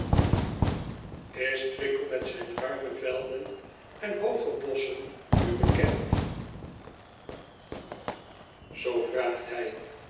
s wickel met zijn ruime velden n hooge bosschen u betend oo vraagt hij